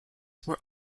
were